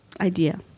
idea